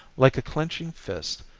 like a clenching fist,